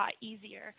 easier